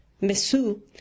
Mesu